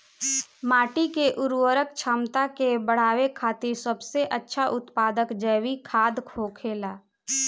माटी के उर्वरक क्षमता के बड़ावे खातिर सबसे अच्छा उत्पाद जैविक खादर होखेला